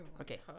Okay